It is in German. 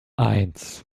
eins